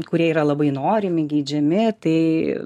kurie yra labai norimi geidžiami tai